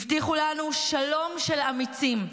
הבטיחו לנו שלום של אמיצים,